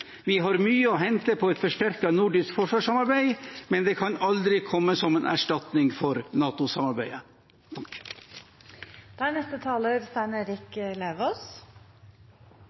Vi har mye å hente på et forsterket nordisk forsvarssamarbeid, men det kan aldri komme som en erstatning for